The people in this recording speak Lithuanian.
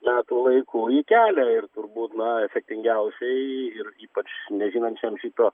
metų laiku į kelią ir turbūt na efektingiausiai ir ypač nežinančiam šito